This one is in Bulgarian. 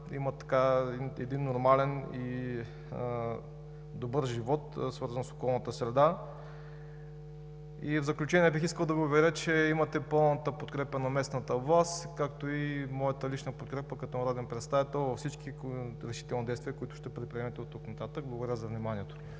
имат един нормален и добър живот, свързан с околната среда. В заключение, бих искал да Ви уверя, че имате пълната подкрепа на местната власт, както и моята лична подкрепа като народен представител във всички решителни действия, които ще предприемете оттук нататък. Благодаря за вниманието.